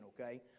okay